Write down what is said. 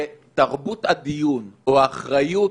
שתרבות הדיון, או האחריות,